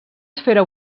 esfera